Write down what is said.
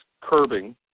curbing